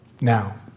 now